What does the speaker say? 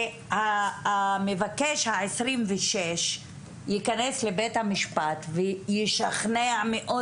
שהמבקש ה-26 יכנס לבית המשפט וישכנע מאוד